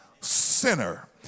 sinner